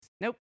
nope